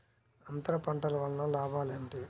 అంతర పంటల వలన లాభాలు ఏమిటి?